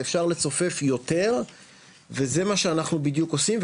ואפשר לצופף יותר וזה מה שאנחנו בדיוק עושים,